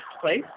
place